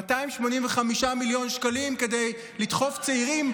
285 מיליון שקלים כדי לדחוף צעירים,